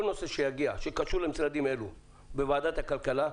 כל נושא שיגיע שקשור למשרדים אלו בוועדת הכלכלה,